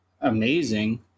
amazing